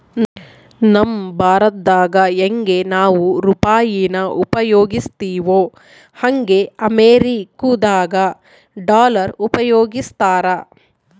ನಮ್ ಭಾರತ್ದಾಗ ಯಂಗೆ ನಾವು ರೂಪಾಯಿನ ಉಪಯೋಗಿಸ್ತಿವೋ ಹಂಗೆ ಅಮೇರಿಕುದಾಗ ಡಾಲರ್ ಉಪಯೋಗಿಸ್ತಾರ